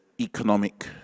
economic